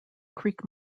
creek